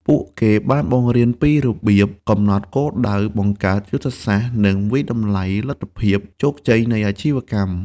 ពួកគេបានបង្រៀនពីរបៀបកំណត់គោលដៅ បង្កើតយុទ្ធសាស្ត្រ និងវាយតម្លៃលទ្ធភាពជោគជ័យនៃអាជីវកម្ម។